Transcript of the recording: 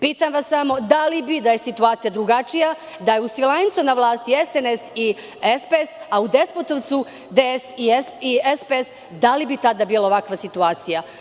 Pitam vas samo – da li bi da je situacija drugačija, da je u Svilajncu na vlasti SNS i SPS, a u Despotovcu DS i SPS, da li bi tada bila ovakva situacija?